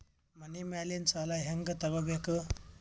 ಮನಿ ಮೇಲಿನ ಸಾಲ ಹ್ಯಾಂಗ್ ತಗೋಬೇಕು?